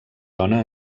dona